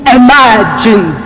imagine